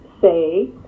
say